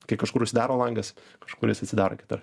kai kažkur užsidaro langas kažkuris atsidaro kitur